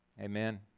amen